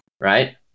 Right